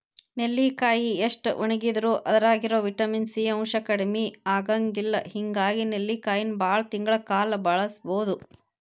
ನೆಲ್ಲಿಕಾಯಿ ಎಷ್ಟ ಒಣಗಿದರೂ ಅದ್ರಾಗಿರೋ ವಿಟಮಿನ್ ಸಿ ಅಂಶ ಕಡಿಮಿ ಆಗಂಗಿಲ್ಲ ಹಿಂಗಾಗಿ ನೆಲ್ಲಿಕಾಯಿನ ಬಾಳ ತಿಂಗಳ ಕಾಲ ಬಳಸಬೋದು